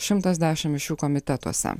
šimtas dešimt iš jų komitetuose